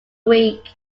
week